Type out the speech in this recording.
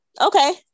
Okay